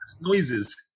noises